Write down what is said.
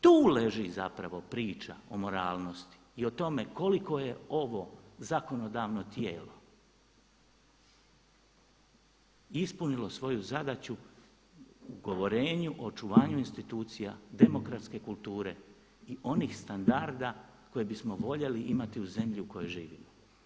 Tu leži zapravo priča o moralnosti i o tome koliko je ovo zakonodavno tijelo ispunilo svoju zadaću u govorenju, o očuvanju institucija demokratske kulture i onih standarda koje bismo voljeli imati u zemlji u kojoj živimo.